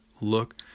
look